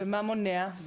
מה מונע?